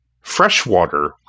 freshwater